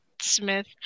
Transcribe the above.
Smith